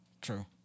True